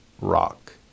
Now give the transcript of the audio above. rock